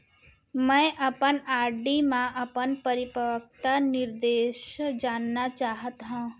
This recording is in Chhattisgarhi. मै अपन आर.डी मा अपन परिपक्वता निर्देश जानना चाहात हव